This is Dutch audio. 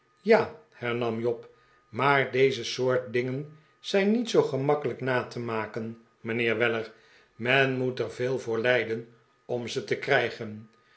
ja hernam job maar deze soort dingen zijn niet zoo gemakkelijk na te maken mijnheer we her men moet er veel voor lijden om ze te krijgen